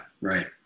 right